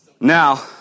Now